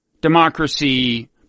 democracy